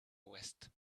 waist